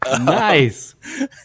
Nice